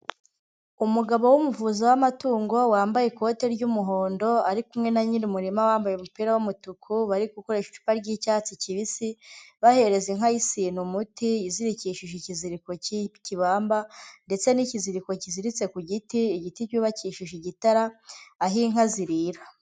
Umugabo w'umuvuzi w'amatungo wambaye ikoti ry'umuhondo ari kumwe na Nyirumurima wambaye umupira w'umutuku, bari gukoresha icupa ry'icyatsi kibisi, bahereza inka y'isine umuti, izirikishije ikiziriko cy'ikibamba ndetse n'ikiziriko kiziritse ku giti, igiti cyubakishije igitara aho inka zirira.